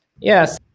Yes